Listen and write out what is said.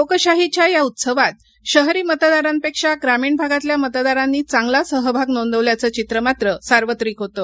लोकशाहीच्या या उत्सवात शहरी मतदारापेक्षा ग्रामीण भागातल्या मतदारानी चांगला सहभाग नोंदवल्याचं चित्र मात्र सार्वत्रिक होतं